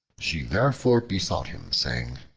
she therefore besought him, saying,